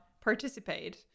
participate